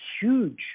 huge